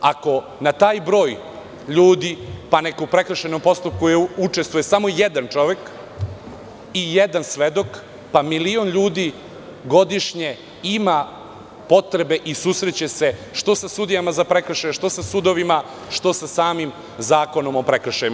Ako na taj broj ljudi, pa neka u prekršajnom postupku učestvuje samo jedan čovek i jedan svedok, milion ljudi godišnje ima potrebe i susreće se, što sa sudijama za prekršaje, što sudovima, što sa samim Zakonom o prekršajima.